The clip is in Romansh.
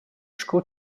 sco